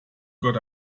got